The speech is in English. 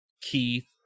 Keith